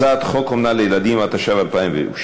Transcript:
הצעת חוק אומנה לילדים, התשע"ו 2016,